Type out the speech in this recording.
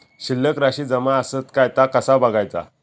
शिल्लक राशी जमा आसत काय ता कसा बगायचा?